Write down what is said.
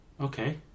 Okay